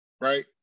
right